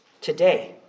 Today